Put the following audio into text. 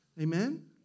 Amen